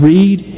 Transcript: Read